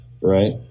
Right